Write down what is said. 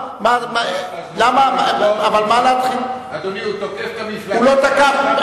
אדוני, הוא תוקף את המפלגה שלי, הוא לא תקף.